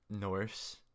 Norse